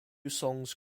songs